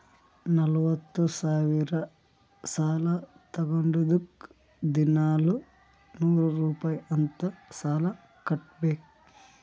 ನಲ್ವತ ಸಾವಿರ್ ಸಾಲಾ ತೊಂಡಿದ್ದುಕ್ ದಿನಾಲೂ ನೂರ್ ರುಪಾಯಿ ಅಂತ್ ಸಾಲಾ ಕಟ್ಬೇಕ್